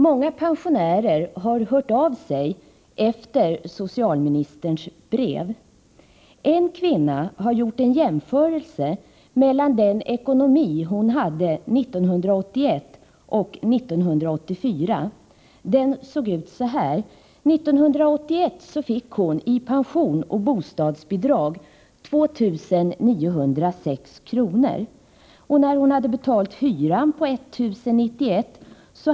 Många pensionärer har hört av sig efter socialministerns brev. En kvinna har gjort en jämförelse mellan den ekonomi hon hade 1981 och den hon hade 1984. Denna jämförelse såg ut så här: 1981 fick hon i pension och bostadsbidrag 2 906 kr. När hon hade betalt hyran på 1 091 kr.